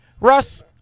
Russ